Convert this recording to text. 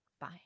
Bye